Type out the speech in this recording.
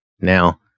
Now